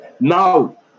now